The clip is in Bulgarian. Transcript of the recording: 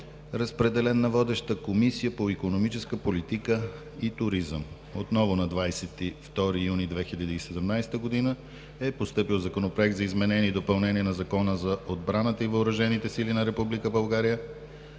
Разпределен е на водещата Комисия по икономическа политика и туризъм. Отново на 22 юни 2017 г. е постъпил Законопроект за изменение и допълнение на Закона за отбраната и въоръжените сили на